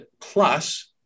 Plus